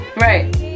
Right